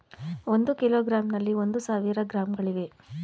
ಒಂದು ಕಿಲೋಗ್ರಾಂನಲ್ಲಿ ಒಂದು ಸಾವಿರ ಗ್ರಾಂಗಳಿವೆ